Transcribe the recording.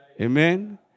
Amen